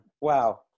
Wow